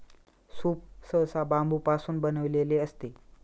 soup सहसा बांबूपासून बनविलेले असते